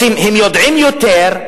הם יודעים יותר,